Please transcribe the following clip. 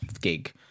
gig